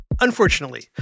Unfortunately